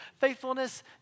faithfulness